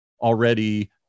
already